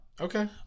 Okay